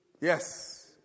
Yes